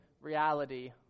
reality